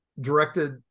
directed